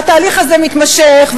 והתהליך הזה מתמשך,